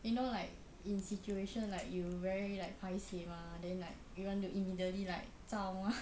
you know like in situation like you very like paiseh mah then like you want to immediately like zao mah